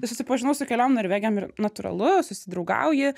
susipažinau su keliom norvegėm ir natūralu susidraugauji